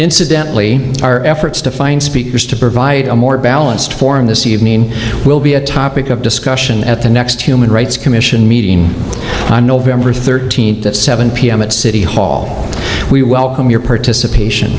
incidentally our efforts to find speakers to provide a more balanced form this evening will be a topic of discussion at the next human rights commission meeting on november thirteenth at seven pm at city hall we welcome your participation